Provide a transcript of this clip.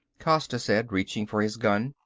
costa said, reaching for his gun.